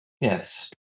Yes